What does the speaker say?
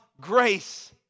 grace